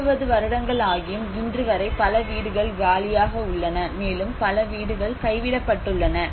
இருபது வருடங்கள் ஆகியும் இன்றுவரை பல வீடுகள் காலியாக உள்ளன மேலும் பல வீடுகள் கைவிடப்பட்டுள்ளன